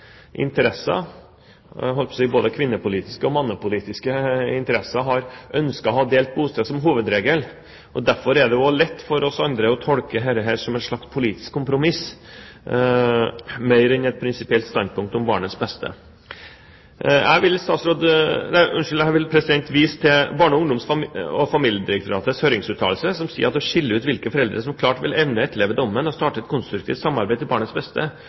interesser – både kvinnepolitiske og mannepolitiske – ønsket å ha delt bosted som hovedregel. Derfor er det lett for oss andre å tolke dette som et politisk kompromiss mer enn et prinsipielt standpunkt om barnets beste. Jeg vil vise til Barne-, ungdoms- og familiedirektoratets høringsuttalelse, som sier: «Å skille ut hvilke foreldre som klart vil evne å etterleve dommen og starte et konstruktivt samarbeid til barnets beste,